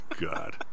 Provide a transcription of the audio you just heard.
God